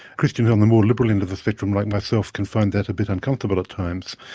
christians on the more liberal end of the spectrum like myself can find that a bit uncomfortable at times,